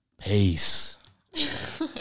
Peace